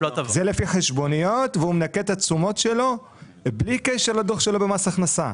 זה לפי חשבוניות והוא מנכה את התשומות שלו בלי קשר לדוח שלו במס הכנסה.